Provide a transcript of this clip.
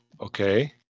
Okay